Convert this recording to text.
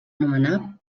nomenar